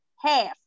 half